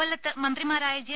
കൊല്ലത്ത് മന്ത്രിമാരായ ജെ